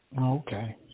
Okay